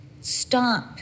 stop